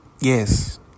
Yes